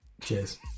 Cheers